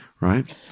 right